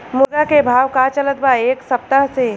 मुर्गा के भाव का चलत बा एक सप्ताह से?